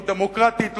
לא דמוקרטית,